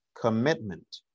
commitment